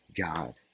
God